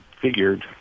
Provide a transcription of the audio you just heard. figured